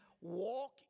walk